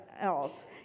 else